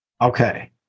Okay